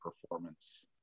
performance